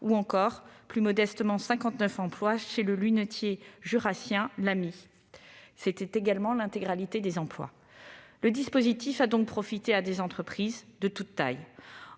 ou encore, plus modestement, 59 emplois chez le lunettier jurassien L'Amy- soit, dans les deux derniers cas, l'intégralité des emplois. Le dispositif a donc profité à des entreprises de toutes tailles.